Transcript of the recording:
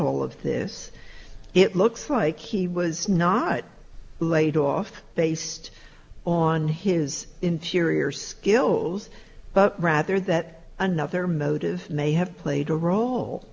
all of this it looks like he was not laid off based on his inferior skills but rather that another motive may have played a role